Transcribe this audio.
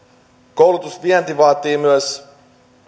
koulutusvienti vaatii myös